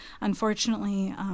unfortunately –